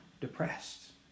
depressed